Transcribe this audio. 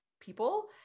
people